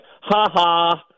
ha-ha